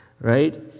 right